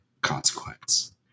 consequence